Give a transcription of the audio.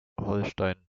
holstein